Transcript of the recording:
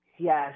Yes